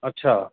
अच्छा